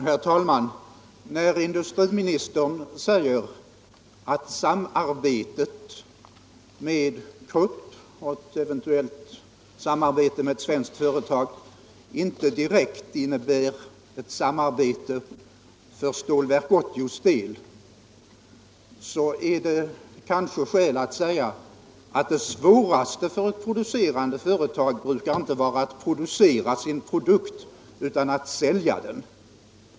Herr talman! När industriministern säger att samarbetet med Krupp och ett eventuellt samarbete med ett svenskt företag inte direkt innebär ett samarbete för Stålverk 80:s del är det kanske skäl att säga att det svåraste för ett producerande företag inte brukar vara att framställa sin produkt utan att sälja den.